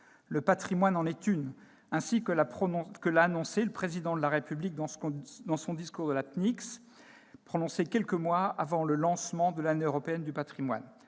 ces priorités, ainsi que l'avait annoncé le Président de la République dans son discours de la Pnyx, prononcé quelques mois avant le lancement de l'année européenne du patrimoine